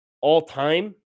all-time